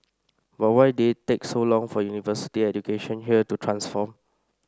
but why did it take so long for university education here to transform